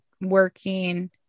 working